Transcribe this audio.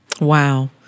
Wow